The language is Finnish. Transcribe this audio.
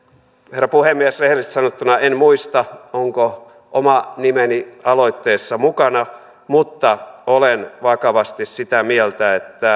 herra puhemies rehellisesti sanottuna en muista onko oma nimeni aloitteessa mukana mutta olen vakavasti sitä mieltä että